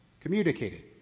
communicated